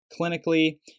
clinically